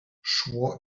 szło